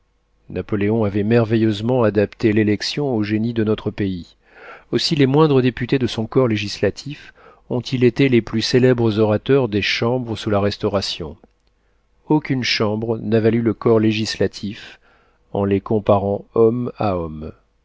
avait merveilleusement adapté l'élection au génie de notre pays aussi les moindres députés de son corps législatif ont-ils été les plus célèbres orateurs des chambres sous la restauration aucune chambre n'a valu le corps législatif en les comparant homme à